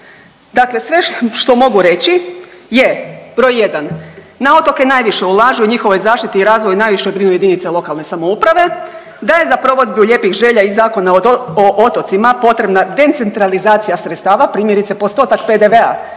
dakle sve što mogu reći je, broj 1 na otoke najviše ulažu i o njihovoj zaštiti i razvoju brinu jedinice lokalne samouprave, da je provedbu lijepih želja iz Zakona o otocima potrebna decentralizacija sredstava, primjerice postotak PDV-a,